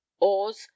oars